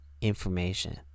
information